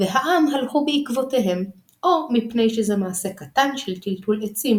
והעם הלכו בעקבותיהם או מפני שזה מעשה קטן של טלטול עצים